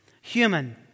human